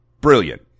brilliant